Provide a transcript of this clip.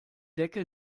decke